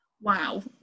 Wow